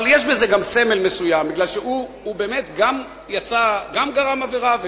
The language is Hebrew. אבל יש בזה גם סמל מסוים, כי הוא גם גרם עבירה.